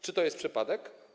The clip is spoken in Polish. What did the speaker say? Czy to jest przypadek?